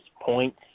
points